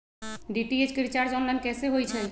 DTH के recharge online कैसे होईछई?